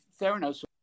Theranos